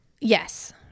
Yes